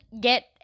get